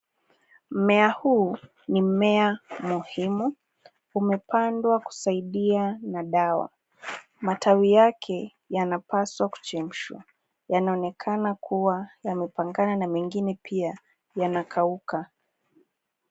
Mmea huu ni mmea muhimu. Umepandwa kusaidia na dawa. Matawi yake yanapaswa kuchemshwa. Yanaonekana kuwa yamepangana na mengine pia yanakauka.